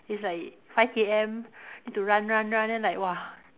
it's like five K_M need to run run run then like !wah!